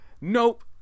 nope